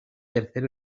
tercer